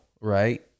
right